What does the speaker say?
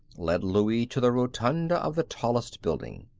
led louie to the rotunda of the tallest building.